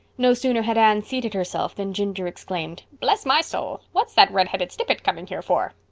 no sooner had anne seated herself than ginger exclaimed, bless my soul, what's that redheaded snippet coming here for?